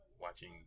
watching